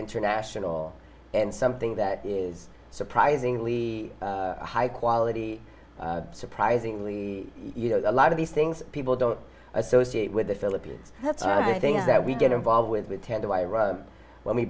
international and something that is surprisingly high quality surprisingly you know a lot of the things busy people don't associate with the philippines i think that we get involved with w